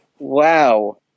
Wow